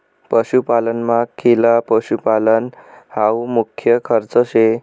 पशुपालनमा खिला पशुपालन हावू मुख्य खर्च शे